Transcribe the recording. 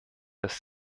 dass